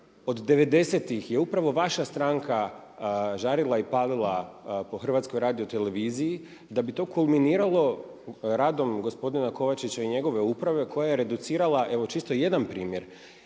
od 90.tih je upravo vaša stranka žarila i palila po HRT-u da bi to kulminiralo radom gospodina Kovačića i njegove uprave koja je reducirala. Evo čisto jedan primjer,